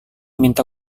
minta